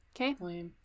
Okay